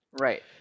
right